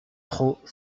trop